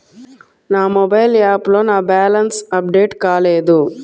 నా మొబైల్ యాప్లో నా బ్యాలెన్స్ అప్డేట్ కాలేదు